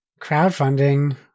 crowdfunding